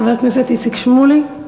חבר הכנסת איציק שמולי,